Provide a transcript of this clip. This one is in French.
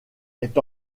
est